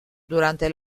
durante